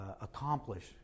accomplish